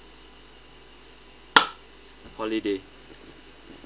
holiday